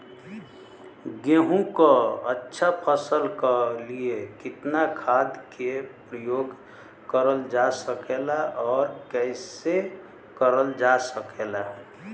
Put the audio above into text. गेहूँक अच्छा फसल क लिए कितना खाद के प्रयोग करल जा सकेला और कैसे करल जा सकेला?